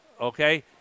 Okay